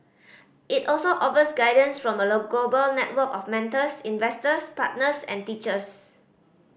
it also offers guidance from a global network of mentors investors partners and teachers